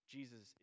Jesus